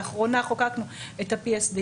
לאחרונה חוקקנו את ה-PSD